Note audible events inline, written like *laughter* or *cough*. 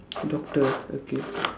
doctor *noise* okay *noise*